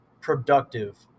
productive